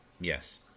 Yes